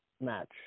match